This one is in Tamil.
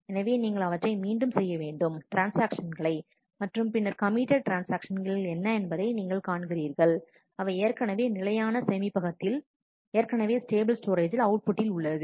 எனவே நீங்கள் அவற்றை மீண்டும் செய்ய வேண்டும் ட்ரான்ஸ்ஆக்ஷன்களை மற்றும் பின்னர் கமிட்டட் ட்ரான்ஸ்ஆக்ஷன்கள் என்ன என்பதை நீங்கள் காண்கிறீர்கள் அவை ஏற்கனவே நிலையான சேமிப்பகத்தில் ஏற்கனவே ஸ்டேபிள் ஸ்டோரேஜ்ஜில் அவுட் புட்டில் உள்ளது